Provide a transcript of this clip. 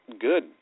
good